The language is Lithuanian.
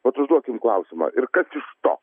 vat užduokim klausimą ir kas iš to